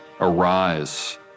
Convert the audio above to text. arise